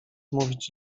mówić